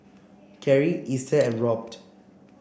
Cary Easter and Robt